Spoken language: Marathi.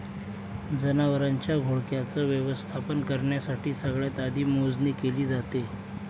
जनावरांच्या घोळक्याच व्यवस्थापन करण्यासाठी सगळ्यात आधी मोजणी केली जाते